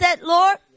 Lord